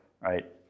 right